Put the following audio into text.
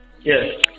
Yes